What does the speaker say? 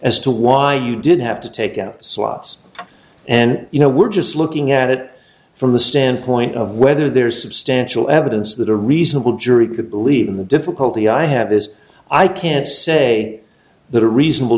as to why you did have to take out slots and you know we're just looking at it from the standpoint of whether there is substantial evidence that a reasonable jury could believe in the difficulty i have is i can't say that a reasonable